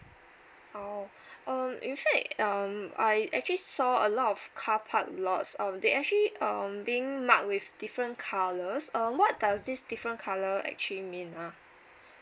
oh um in fact um I actually saw a lot of car park lots um they actually um being mark with different colours um what does this different colour actually mean ah